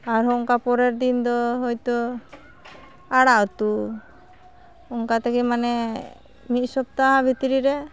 ᱟᱨᱦᱚᱸ ᱚᱝᱠᱟ ᱯᱚᱨᱮᱨᱫᱤᱱᱫᱚ ᱦᱚᱭᱛᱳ ᱟᱲᱟᱜ ᱩᱛᱩ ᱚᱱᱠᱟᱛᱮᱜᱮ ᱢᱟᱱᱮ ᱢᱤᱫ ᱥᱚᱯᱛᱟ ᱵᱷᱤᱛᱨᱤᱨᱮ